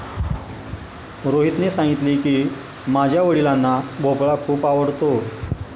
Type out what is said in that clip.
रोहितने सांगितले की, माझ्या वडिलांना भोपळा खूप आवडतो